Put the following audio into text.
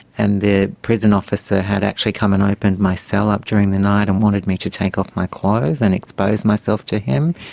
and the prison officer had actually come and opened my cell up during the night and wanted me to take off my clothes and expose myself to him.